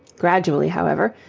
gradually, however,